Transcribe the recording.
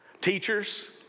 Teachers